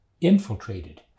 infiltrated